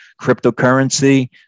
cryptocurrency